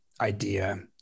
idea